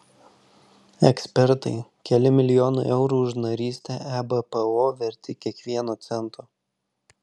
ekspertai keli milijonai eurų už narystę ebpo verti kiekvieno cento